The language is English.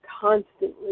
constantly